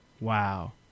Wow